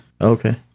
okay